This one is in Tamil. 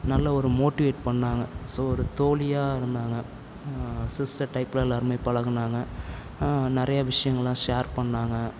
நல்ல ஒரு மோட்டிவேட் பண்ணிணாங்க ஸோ ஒரு தோழியா இருந்தாங்க சிஸ்டர் டைப்பில் எல்லோருமே பழகுனாங்க நிறைய விஷியங்களெல்லாம் ஷேர் பண்ணிணாங்க